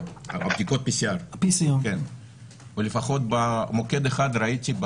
בדיקות PCR. לפחות במוקד אחד ראיתי,